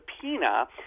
subpoena